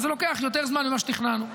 אז זה לוקח יותר זמן ממה שתכננו.